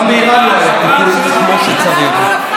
גם באיראן לא היה טיפול כמו שצריך.